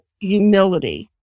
humility